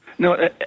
No